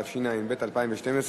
התשע"ב 2012,